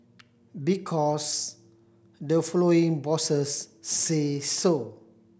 because the following bosses say so